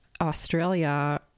Australia